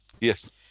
Yes